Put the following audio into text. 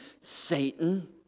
Satan